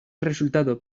resultado